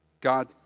God